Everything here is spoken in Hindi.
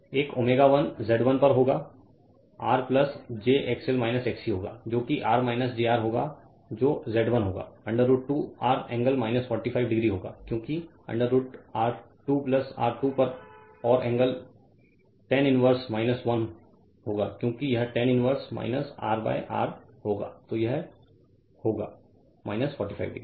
Refer Slide Time 2913 एक ω1 Z1 पर होगा R j XL XC होगा जो कि R jR होगा जो Z1 होगा √ 2 R एंगल 45 डिग्री होगा क्योंकि √ R 2 R 2 पर और एंगल टेन इनवर्स 1 होगा क्योंकि यह टेन इनवर्स R R होगा तो यह होगा 45 डिग्री